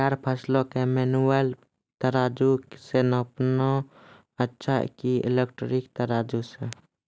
तैयार फसल के मेनुअल तराजु से नापना अच्छा कि इलेक्ट्रॉनिक तराजु से?